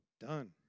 Done